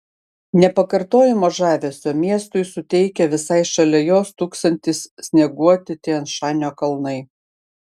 nepakartojamo žavesio miestui suteikia visai šalia jo stūksantys snieguoti tian šanio kalnai